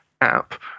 app